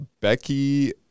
Becky